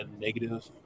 negative